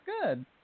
good